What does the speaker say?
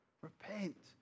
Repent